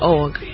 org